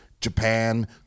japan